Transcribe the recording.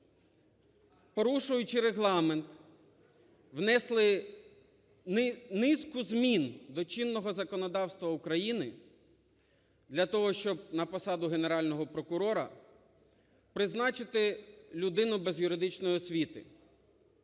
порушуючи Регламент, внесли низку змін до чинного законодавства України для того, щоб на посаду Генерального прокурора призначити людину без юридичної освіти.